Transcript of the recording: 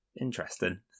Interesting